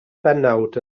bennawd